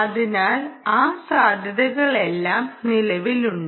അതിനാൽ ആ സാധ്യതകളെല്ലാം നിലവിലുണ്ട്